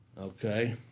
Okay